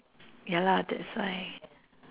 ya lah that's why